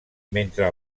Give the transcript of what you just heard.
mentre